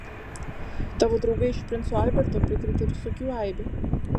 tavo draugai iš princo alberto prikrėtę visokių eibių